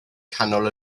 canol